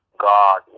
God